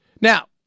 now